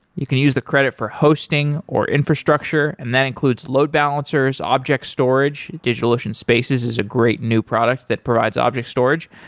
you can use the credit for hosting, or infrastructure, and that includes load balancers, object storage. digitalocean spaces is a great new product that provides object storage,